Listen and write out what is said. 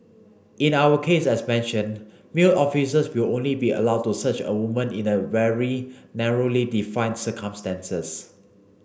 in our case as mentioned male officers will only be allowed to search a woman in a very narrowly defined circumstances